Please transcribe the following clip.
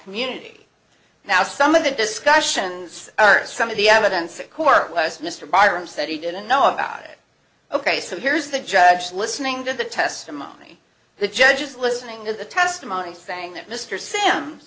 community now some of the discussions are some of the evidence of course most mr byrom said he didn't know about it ok so here's the judge listening to the testimony the judge is listening to the testimony saying that mr sim